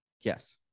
Yes